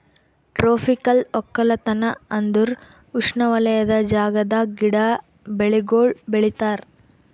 tropical ಒಕ್ಕಲತನ ಅಂದುರ್ ಉಷ್ಣವಲಯದ ಜಾಗದಾಗ್ ಗಿಡ, ಬೆಳಿಗೊಳ್ ಬೆಳಿತಾರ್